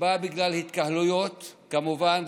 בא בגלל התקהלויות, כמובן.